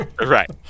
Right